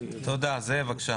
אני חושב